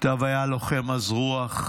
ייטב היה לוחם עז רוח,